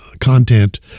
content